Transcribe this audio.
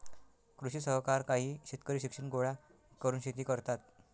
कृषी सहकार काही शेतकरी शिक्षण गोळा करून शेती करतात